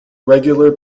irregular